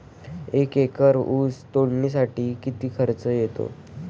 एक एकर ऊस तोडणीसाठी किती खर्च येतो?